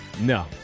No